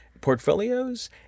portfolios